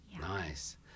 nice